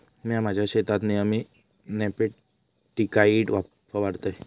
म्या माझ्या शेतात नेयमी नेमॅटिकाइड फवारतय